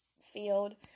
field